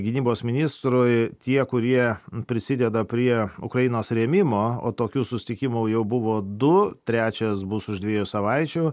gynybos ministrui tie kurie prisideda prie ukrainos rėmimo o tokių susitikimų jau buvo du trečias bus už dviejų savaičių